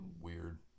weird